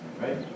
Right